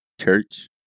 Church